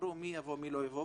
ואמרו מי יבוא ומי לא יבוא,